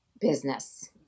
business